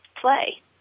play